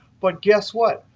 but guess what.